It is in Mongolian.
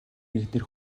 эхнэр